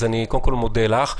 קודם כל, אני מודה לך.